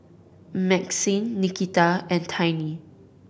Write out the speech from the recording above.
Maxine Nikita and Tiny